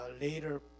later